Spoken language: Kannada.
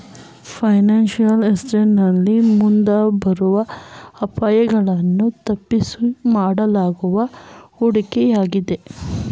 ಫೈನಾನ್ಸಿಯಲ್ ಅಸೆಂಟ್ ನಲ್ಲಿ ಮುಂಬರುವ ಅಪಾಯಗಳನ್ನು ತಪ್ಪಿಸಲು ಮಾಡಲಾಗುವ ಹೂಡಿಕೆಯಾಗಿದೆ